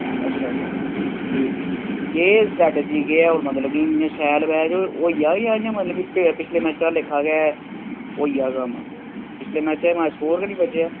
अच्छा अच्छा ठीक केह् स्ट्रेटेजी केह् ऐ शैल मैच होई जाहग जां पैहलें मेचे आहले लेखा गै होई जाग कम्म पिछले मेचे च माए स्कोर गै नेईं बज्जे